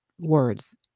words